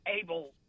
able